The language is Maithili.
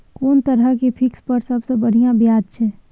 कोन तरह के फिक्स पर सबसे बढ़िया ब्याज छै?